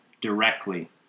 directly